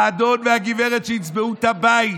האדון והגברת שיצבעו את הבית,